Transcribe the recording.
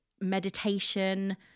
meditation